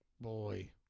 Boy